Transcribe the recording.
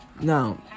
Now